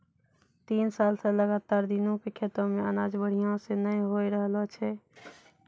तीस साल स लगातार दीनू के खेतो मॅ अनाज बढ़िया स नय होय रहॅलो छै